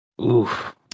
Oof